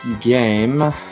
game